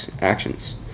actions